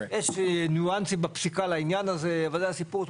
יש ניואנסים בפסיקה לעניין הזה אבל זה הסיפור.